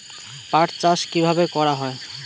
পাট চাষ কীভাবে করা হয়?